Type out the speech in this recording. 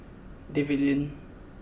David Lim